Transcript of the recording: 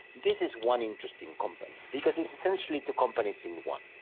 this is one interesting company because it's essentially two companies in one.